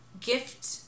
Gift